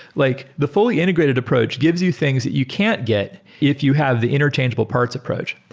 like the fully integrated approach gives you things that you can't get if you have the interchangeable parts approach.